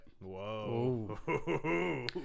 Whoa